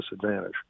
disadvantage